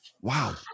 Wow